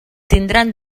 tindran